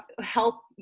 help